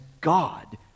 God